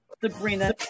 Sabrina